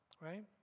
right